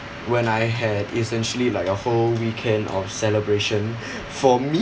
when I had essentially like a whole weekend of celebration for me